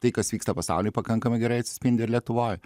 tai kas vyksta pasauly pakankamai gerai atsispindi ir lietuvoj